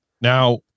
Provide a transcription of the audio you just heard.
Now